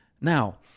Now